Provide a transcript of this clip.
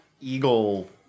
eagle